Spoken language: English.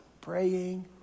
praying